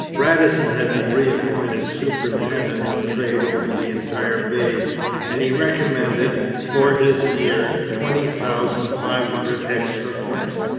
radisson had been reappointed superintendent of trade over the entire bay and he recommended for this year twenty thousand five hundred extra flints,